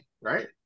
right